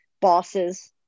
bosses